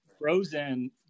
frozen